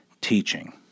teaching